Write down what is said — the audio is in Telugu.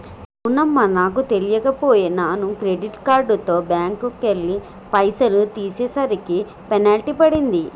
అవునమ్మా నాకు తెలియక పోయే నాను క్రెడిట్ కార్డుతో బ్యాంకుకెళ్లి పైసలు తీసేసరికి పెనాల్టీ పడింది